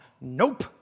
Nope